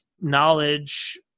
knowledge